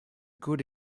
good